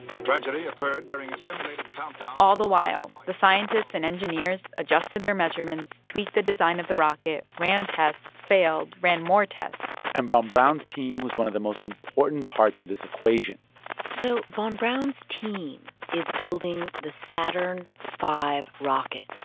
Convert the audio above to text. the tragedy occurred during a simulated countdown. all the while, the scientists and engineers adjusted their measurements, tweaked the design of the rocket, ran tests, failed, ran more tests and von um braun's team was one of the most important parts of this equation so von braun's team is building the saturn v rocket,